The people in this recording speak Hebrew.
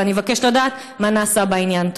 ואני מבקשת לדעת מה נעשה בעניין.